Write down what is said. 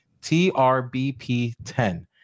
trbp10